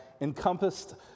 encompassed